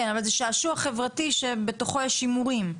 כן אבל זה שעשוע חברתי שבתוכו יש הימורים.